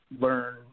learn